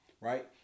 right